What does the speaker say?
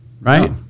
right